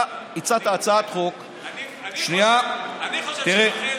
אתה הצעת הצעת חוק, אני חושב שרח"ל, שנייה.